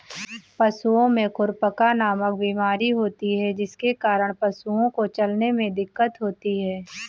पशुओं में खुरपका नामक बीमारी होती है जिसके कारण पशुओं को चलने में दिक्कत होती है